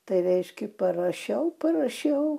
tai reiškia parašiau parašiau